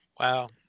Wow